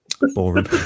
Boring